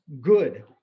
good